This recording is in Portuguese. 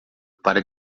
para